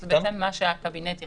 שזה מה שהקבינט החליט.